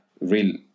real